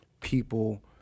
people